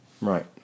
Right